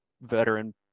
veteran